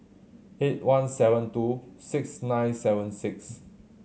eight one seven two six nine seven six